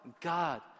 God